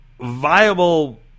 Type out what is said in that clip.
viable